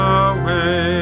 away